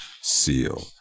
seal